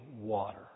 water